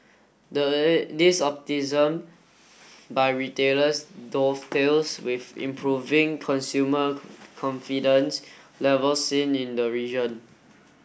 this by retailers dovetails with improving consumer confidence levels seen in the region